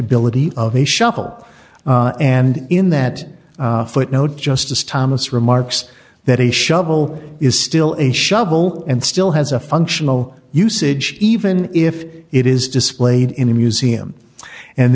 ability of a shuffle and in that footnote justice thomas remarks that a shovel is still a shovel and still has a functional usage even if it is displayed in a museum and